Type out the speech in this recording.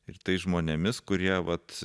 ir tais žmonėmis kurie vat